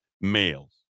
males